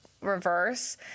reverse